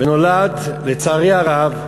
הוא נולד, לצערי הרב,